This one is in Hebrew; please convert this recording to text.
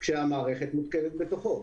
כשהמערכת מותקנת בתוכו.